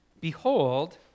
Behold